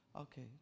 Okay